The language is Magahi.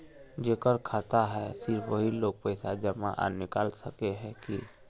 जेकर खाता है सिर्फ वही लोग पैसा जमा आर निकाल सके है की?